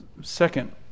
Second